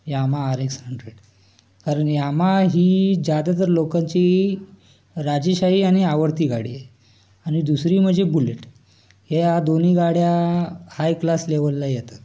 Yamaha R X hundred कारण Yamaha ही ज्यादातर लोकांची राजेशाही आणि आवडती गाडी आहे आणि दुसरी म्हणजे बुलेट ह्या दोन्ही गाड्या हाय क्लास लेवलला येतात